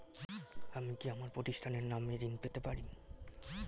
আমি কি আমার প্রতিষ্ঠানের নামে ঋণ পেতে পারি?